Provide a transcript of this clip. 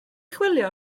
chwilio